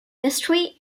mystery